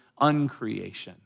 uncreation